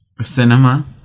Cinema